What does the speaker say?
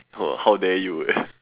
!wah! how dare you eh